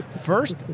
first